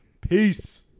peace